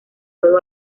todo